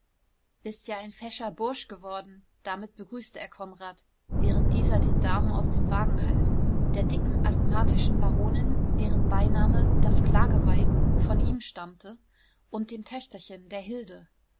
bist ja ein fescher bursch geworden damit begrüßte er konrad während dieser den damen aus dem wagen half der dicken asthmatischen baronin deren beiname das klageweib von ihm stammte und dem töchterchen der hilde